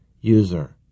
User